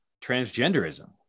transgenderism